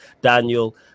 Daniel